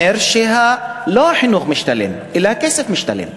שלא החינוך משתלם אלא הכסף משתלם,